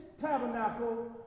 tabernacle